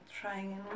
trying